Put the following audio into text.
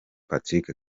patrick